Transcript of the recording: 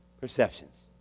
perceptions